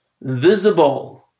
visible